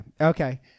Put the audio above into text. Okay